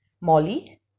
Molly